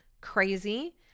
crazy